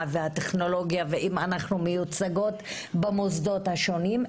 והטכנולוגיה והאם אנחנו מיוצגות במוסדות השונים,